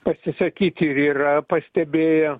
pasisakyt ir yra pastebėję